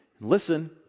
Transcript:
Listen